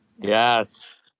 yes